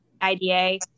IDA